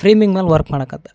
framing ಮೇಲೆ work ಮಾಡಕತ್ತೆ